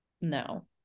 No